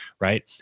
right